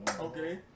Okay